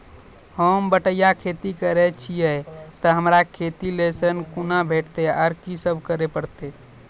होम बटैया खेती करै छियै तऽ हमरा खेती लेल ऋण कुना भेंटते, आर कि सब करें परतै?